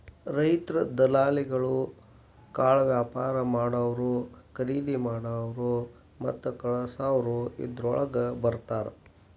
ರೈತ್ರು, ದಲಾಲಿಗಳು, ಕಾಳವ್ಯಾಪಾರಾ ಮಾಡಾವ್ರು, ಕರಿದಿಮಾಡಾವ್ರು ಮತ್ತ ಕಳಸಾವ್ರು ಇದ್ರೋಳಗ ಬರ್ತಾರ